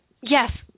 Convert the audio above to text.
yes